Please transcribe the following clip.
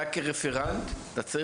אתה,